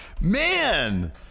Man